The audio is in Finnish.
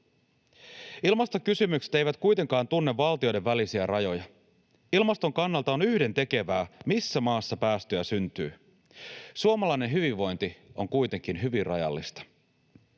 Ilmastokysymykset eivät kuitenkaan tunne valtioiden välisiä rajoja. Ilmaston kannalta on yhdentekevää, missä maassa päästöjä syntyy. Suomalainen hyvinvointi on kuitenkin hyvin rajallista,